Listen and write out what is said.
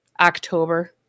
October